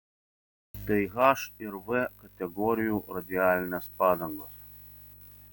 tai h ir v kategorijų radialinės padangos